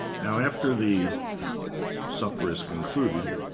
now after the supper is concluded,